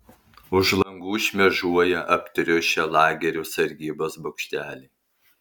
už langų šmėžuoja aptriušę lagerių sargybos bokšteliai